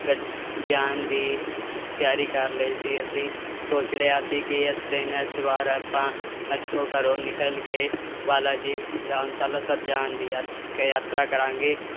ਗੱ ਜਾਣ ਦੀ ਤਿਆਰੀ ਕਰ ਲਈ ਸੀ ਅਸੀਂ ਸੋਚ ਲਿਆ ਸੀ ਕਿ ਇਸ ਦਿਨ ਇਸ ਵਾਰ ਆਪਾਂ ਇੱਥੋਂ ਘਰੋਂ ਨਿਕਲ ਕੇ ਬਾਲਾ ਜੀ ਧਾਮ ਸਾਲਾਸਰ ਜਾਣ ਦੀ ਯਾਤ ਕ ਯਾਤਰਾ ਕਰਾਂਗੇ